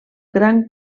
gran